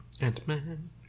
Ant-Man